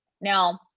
Now